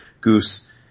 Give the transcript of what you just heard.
goose